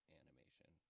animation